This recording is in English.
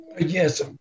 yes